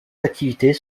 activités